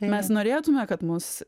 mes norėtume kad mus